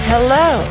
Hello